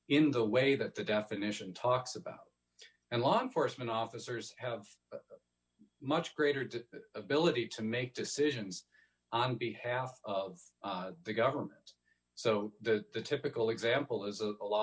in the way that the definition talks about and law enforcement officers have much greater to the ability to make decisions on behalf of the government so the typical example is a law